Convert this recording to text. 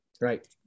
Right